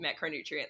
macronutrient